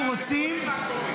אנחנו יודעים מה קורה.